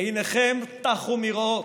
עיניכם טחו מראות?